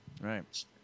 Right